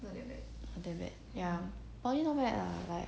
not that bad not that bad ya poly not bad lah like